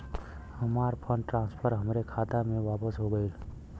हमार fund transfer हमरे खाता मे वापस हो गईल